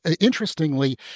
interestingly